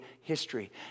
history